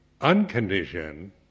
unconditioned